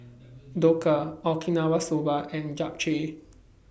Dhokla Okinawa Soba and Japchae